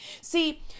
See